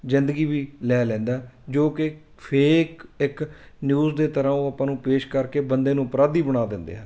ਜ਼ਿੰਦਗੀ ਵੀ ਲੈ ਲੈਂਦਾ ਜੋ ਕਿ ਫੇਕ ਇੱਕ ਨਿਊਜ਼ ਦੇ ਤਰ੍ਹਾਂ ਉਹ ਆਪਾਂ ਨੂੰ ਪੇਸ਼ ਕਰਕੇ ਬੰਦੇ ਨੂੰ ਅਪਰਾਧੀ ਬਣਾ ਦਿੰਦੇ ਹਨ